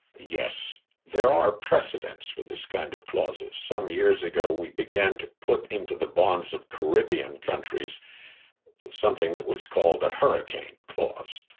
yes, there are precedents for this kind of clauses. some years ago, we began to put into the bonds of caribbean countries something that was called a hurricane clause.